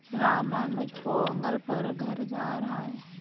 रामानुज पोंगल पर घर जा रहा है